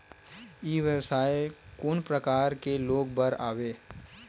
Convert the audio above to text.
ई व्यवसाय कोन प्रकार के लोग बर आवे?